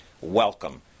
Welcome